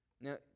Now